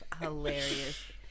hilarious